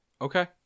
Okay